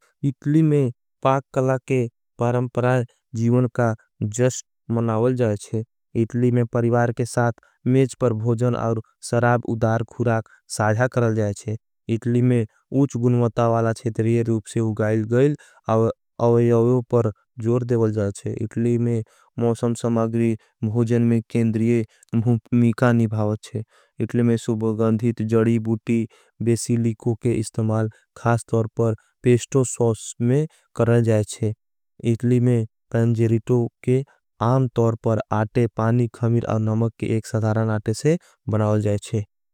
इतली में पाक कला के परंपरार जीवन का जश्ट मनावल जायचे। इतली में परिवार के साथ मेज पर भोजन और सराब, उदार, खुराख साध्या करल जायचे। इतली में उच गुणवता वाला छेदरिये रूप से उगाईल गईल अवय अवयो पर जोर देवल जायचे। इतली में मौसम समागरी भोजन में केंद्रिये मिका निभावचे। इतली में सुबगंधित जरी, बुटी, बेसी, लिको के इस्तमाल खास तोर पर पेस्टो सोस में करल जायचे। इतली में पैंजरीटो के आम तोर पर आटे, पानी, खमीर और नमक के एक सधारान आटे से बनाओ जायचे।